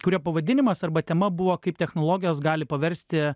kurio pavadinimas arba tema buvo kaip technologijos gali paversti